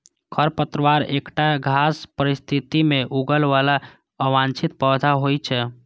खरपतवार एकटा खास परिस्थिति मे उगय बला अवांछित पौधा होइ छै